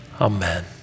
Amen